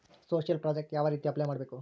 Social project ಯಾವ ರೇತಿ apply ಮಾಡಬೇಕು?